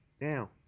now